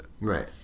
Right